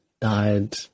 died